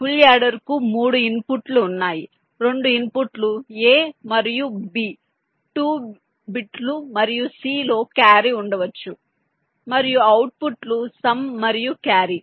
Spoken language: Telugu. ఫుల్ యాడర్కు 3 ఇన్పుట్లు ఉన్నాయి 2 ఇన్పుట్లు A మరియు B 2 బిట్లు మరియు C లో క్యారీ ఉండవచ్చు మరియు అవుట్పుట్లు సమ్ మరియు క్యారీ